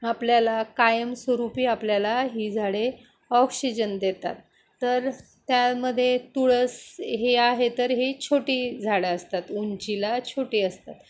आपल्याला कायमस्वरूपी आपल्याला ही झाडे ऑक्शिजन देतात तर त्यामध्ये तुळस हे आहे तर हे छोटी झाडं असतात उंचीला छोटी असतात